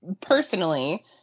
personally